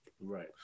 right